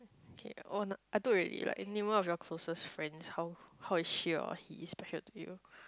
K oh I took already like name one of your closest friends how how is she or he special to you